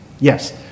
Yes